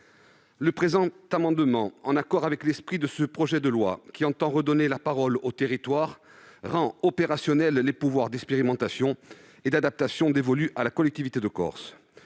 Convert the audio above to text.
Le présent amendement, conformément à l'esprit de ce projet de loi qui entend redonner la parole aux territoires, vise à rendre opérationnels les pouvoirs d'expérimentation et d'adaptation dévolus à la collectivité de Corse.